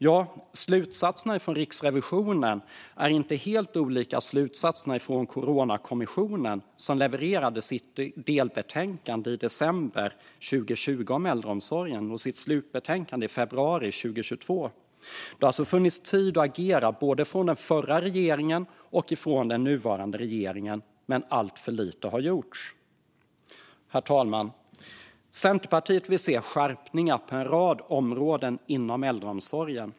Ja, slutsatserna från Riksrevisionen är inte helt olika slutsatserna från Coronakommissionen, som levererade sitt delbetänkande om äldreomsorgen i december 2020 och sitt slutbetänkande i februari 2022. Det har alltså funnits tid för både den förra regeringen och den nuvarande regeringen att agera, men alltför lite har gjorts. Herr talman! Centerpartiet vill se skärpningar på en rad områden inom äldreomsorgen.